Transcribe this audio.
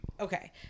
Okay